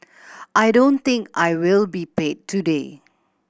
I don't think I will be paid today